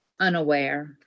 unaware